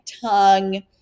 tongue